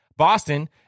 Boston